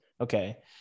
okay